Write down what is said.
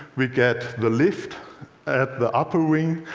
we get the lift at the upper wing,